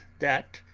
that